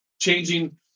changing